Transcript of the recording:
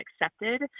accepted